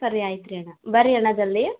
ಸರಿ ಆಯಿತು ರೀ ಅಣ್ಣ ಬರ್ರಿ ಅಣ್ಣ ಜಲ್ದಿ